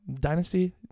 Dynasty